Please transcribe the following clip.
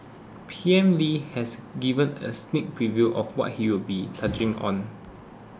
P M Lee has given a sneak preview of what he'll be touching on